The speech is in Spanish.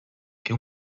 que